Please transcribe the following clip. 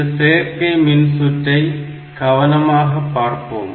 இந்த சேர்க்கை மின்சுற்றை கவனமாக பார்ப்போம்